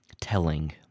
telling